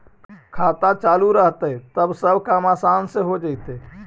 खाता चालु रहतैय तब सब काम आसान से हो जैतैय?